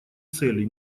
цели